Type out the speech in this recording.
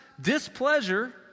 displeasure